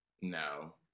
No